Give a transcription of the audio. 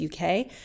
UK